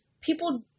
people